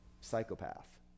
psychopath